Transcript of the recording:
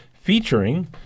featuring